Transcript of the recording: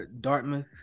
Dartmouth